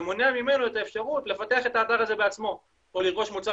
זה מונע ממנו את האפשרות לפתח את האתר הזה בעצמו או לרכוש מוצר